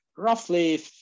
roughly